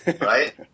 Right